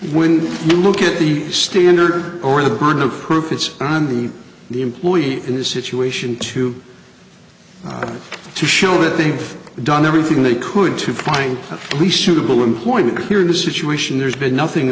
when you look at the standard or the burden of proof it's on the employee in this situation to to show that they've done everything they could to find the suitable employment here in the situation there's been nothing